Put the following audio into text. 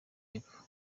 yepfo